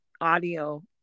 audio